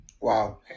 Wow